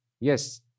Yes